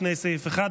לפני סעיף 1,